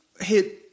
hit